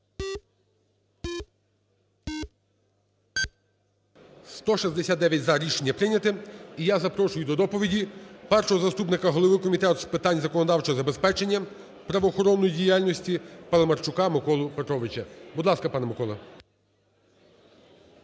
За-169 Рішення прийнято. І я запрошую до доповіді першого заступника голови Комітету з питань законодавчого забезпечення правоохоронної діяльності Паламарчука Миколу Петровича. Будь ласка, пане Микола.